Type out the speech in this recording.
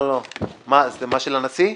של הנשיא?